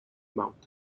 mountain